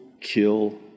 kill